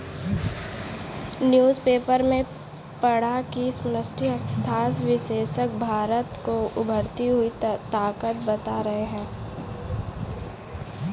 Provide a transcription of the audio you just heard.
newspaper में पढ़ा की समष्टि अर्थशास्त्र विशेषज्ञ भारत को उभरती हुई ताकत बता रहे हैं